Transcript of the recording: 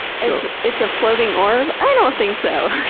so it's a floating orb, i don't think so.